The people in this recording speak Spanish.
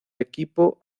equipo